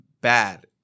bad